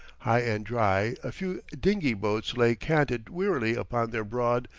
high and dry, a few dingy boats lay canted wearily upon their broad,